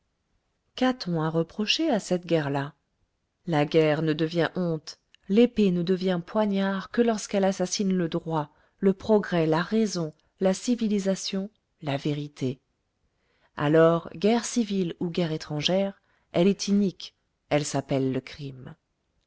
qu'a-t-on à reprocher à cette guerre là la guerre ne devient honte l'épée ne devient poignard que lorsqu'elle assassine le droit le progrès la raison la civilisation la vérité alors guerre civile ou guerre étrangère elle est inique elle s'appelle le crime